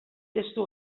testu